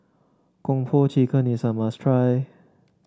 Kung Po Chicken is a must try